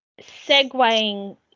segueing